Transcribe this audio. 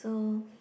so